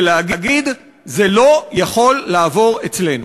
ולהגיד: זה לא יכול לעבור אצלנו.